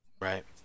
right